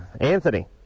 Anthony